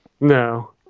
No